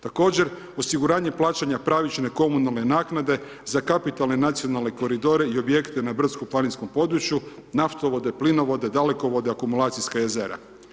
Također osiguranje plaćanja pravične komunalne naknade za kapitalne nacionalne koridore i objekte na brdsko planinskom području, naftovode, plinovode, dalekovode, akumulacijska jezera.